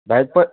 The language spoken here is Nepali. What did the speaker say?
भाइ प